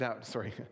sorry